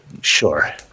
sure